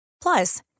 Plus